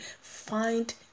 find